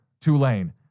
Tulane